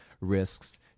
risks